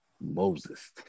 Moses